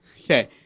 Okay